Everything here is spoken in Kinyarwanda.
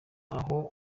aho